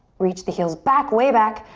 reach the heels back, way back,